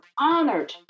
honored